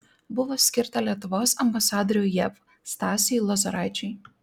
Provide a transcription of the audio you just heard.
buvo skirta lietuvos ambasadoriui jav stasiui lozoraičiui